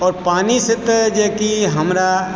आओर पानि से तऽ जेकि हमरा